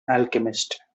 alchemist